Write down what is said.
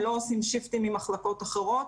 הם לא עושים שיפטים עם מחלקות אחרות,